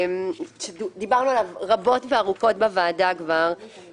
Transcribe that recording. דיברנו רבות וארוכות כאן בוועדה בנושא זה.